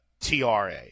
TRA